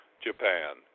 Japan